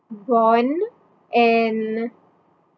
and